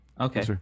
okay